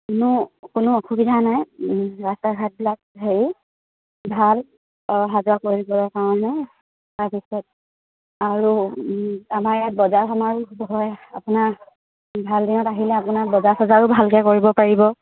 কোনো কোনো অসুবিধা নাই ৰাস্তা ঘাটবিলাক হেৰি ভাল অহা যোৱা কৰিবৰ কাৰণে তাৰপিছত আৰু আমাৰ ইয়াত বজাৰ সমাৰো হয় আপোনাৰ ভাল দিনত আহিলে আপোনাৰ বজাৰ চজাৰো ভালকৈ কৰিব পাৰিব